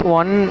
one